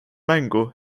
mängu